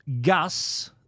Gus